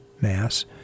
Mass